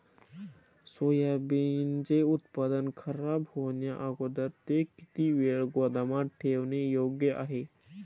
सोयाबीनचे उत्पादन खराब होण्याअगोदर ते किती वेळ गोदामात ठेवणे योग्य आहे?